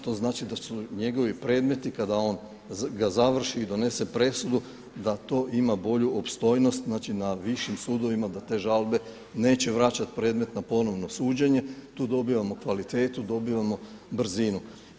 To znači da su njegovi predmeti kada ga on završi i donese presudu da to ima bolju opstojnost na višim sudovima da te žalbe neće vraćati predmet na ponovno suđenje, tu dobivamo kvalitetu, dobivamo brzinu.